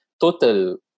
total